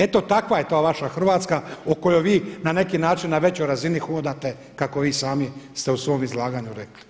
Eto takva je ta vaša Hrvatska o kojoj vi na neki način na većoj razini hodate kako vi sami ste u svom izlaganju rekli.